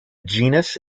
genus